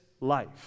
life